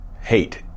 hate